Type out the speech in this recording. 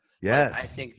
Yes